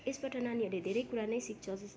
यसबाट नानीहरूले धेरै कुरा नै सिक्छ जस्